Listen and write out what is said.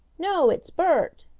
no, it's bert,